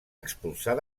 expulsar